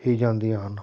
ਹੀ ਜਾਂਦੀਆਂ ਹਨ